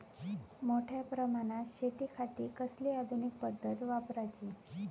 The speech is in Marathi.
मोठ्या प्रमानात शेतिखाती कसली आधूनिक पद्धत वापराची?